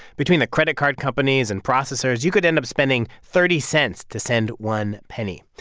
between the credit card companies and processors, you could end up spending thirty cents to send one penny.